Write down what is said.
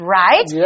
right